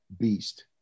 beast